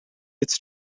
its